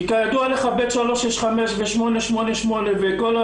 כי כידוע לך, ב(3)65 ו-888 אתרים לא